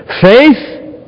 Faith